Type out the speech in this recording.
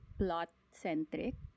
plot-centric